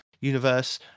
universe